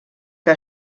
que